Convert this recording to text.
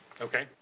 okay